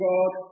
God